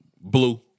blue